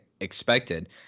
expected